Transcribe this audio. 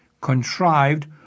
contrived